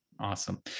awesome